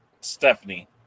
stephanie